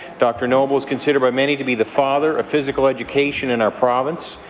dr. noble is considered by many to be the father of physical education in our province.